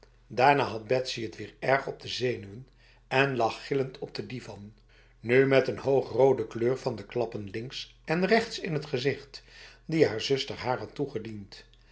daarna had betsy het weer erg op de zenuwen en lag gillend op de divan nu met een hoogrode kleur van de klappen links en rechts in t gezicht die haar zuster haar had toegediend